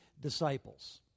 Disciples